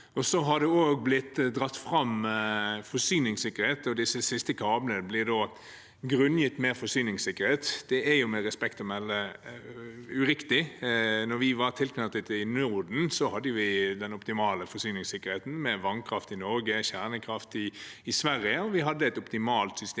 har også blitt dratt fram, og disse siste kablene blir da grunngitt med forsyningssikkerhet. Det er med respekt å melde uriktig. Da vi var tilknyttet i Norden, hadde vi den optimale forsyningssikkerheten, med vannkraft i Norge og kjernekraft i Sverige, og vi hadde et optimalt system